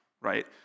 right